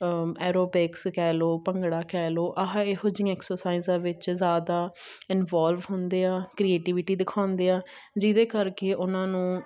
aerobics ਕਹਿ ਲਓ ਭੰਗੜਾ ਕਹਿ ਲਓ ਆਹ ਇਹੋ ਜਿਹੀਆਂ ਐਕਸਰਸਾਈਜ਼ਾਂ ਵਿੱਚ ਜ਼ਿਆਦਾ ਇਨਵੋਲਵ ਹੁੰਦੇ ਆ ਕ੍ਰੀਏਟੀਵਿਟੀ ਦਿਖਾਉਂਦੇ ਆ ਜਿਹਦੇ ਕਰਕੇ ਉਹਨਾਂ ਨੂੰ